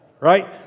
right